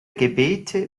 gebete